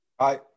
Hi